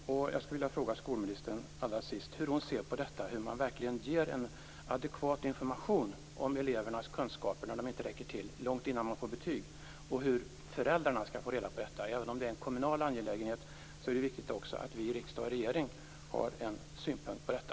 Jag skulle allra sist vilja fråga skolministern hur hon ser på detta med att verkligen ge en adekvat information om elevernas kunskaper när de inte räcker till, långt innan de får betyg och hur föräldrarna skall få reda på detta. Även om det är en kommunal angelägenhet är det också viktigt att vi i riksdag och regering har en synpunkt på detta.